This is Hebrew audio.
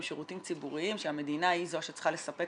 הם שירותים ציבוריים שהמדינה היא זו שצריכה לספק